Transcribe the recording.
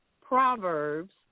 Proverbs